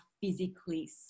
physically